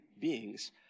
beings